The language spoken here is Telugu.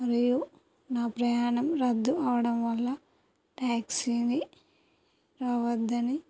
మరియు నా ప్రయాణం రద్దు అవడం వల్ల ట్యాక్సీని రావద్దని